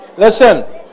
Listen